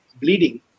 bleeding